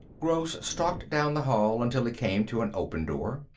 gross stalked down the hall until he came to an open door.